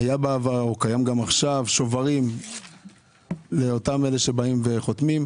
היה בעבר או קיים גם כעת שוברים לאותם אלה שבאים וחותמים.